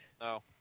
no